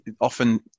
often